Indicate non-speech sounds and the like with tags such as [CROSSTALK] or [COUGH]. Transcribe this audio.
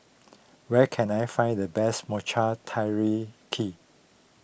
where can I find the best Mochi [UNINTELLIGIBLE]